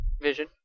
vision